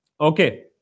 Okay